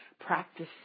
Practice